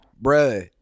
bro –